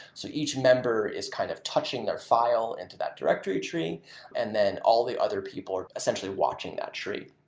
so each member is kind of touching their file into that director tree and then all the other people are essentially watching that tree.